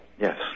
Yes